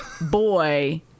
boy